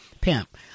pimp